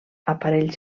aparell